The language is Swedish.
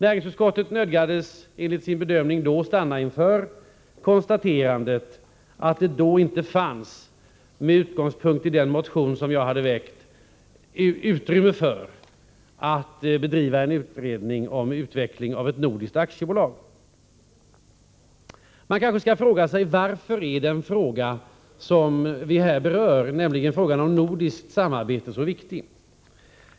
Näringsutskottet nödgades enligt sin bedömning vid detta tillfälle stanna inför konstaterandet att det då, med utgångspunkt i den motion som jag hade väckt, inte fanns utrymme för att bedriva en utredning om utveckling av ett nordiskt aktiebolag. Man kanske skall fråga sig: Varför är den fråga som vi här berör, nämligen frågan om nordiskt samarbete, så viktig?